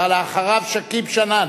ואחריו, שכיב שנאן.